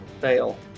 Fail